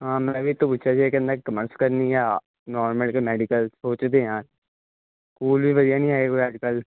ਹਾਂ ਮੈਂ ਵੀ ਇਸ ਤੋਂ ਪੁੱਛਿਆ ਸੀ ਕਹਿੰਦਾ ਕਮਰਸ ਕਰਨੀ ਆ ਨੋਨ ਮੈਡੀਕਲ ਮੈਡੀਕਲ ਸੋਚਦੇ ਹਾਂ ਸਕੂਲ ਵੀ ਵਧੀਆ ਨਹੀਂ ਹੈਗੇ ਕੋਈ ਅੱਜ ਕੱਲ੍ਹ